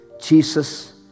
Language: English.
Jesus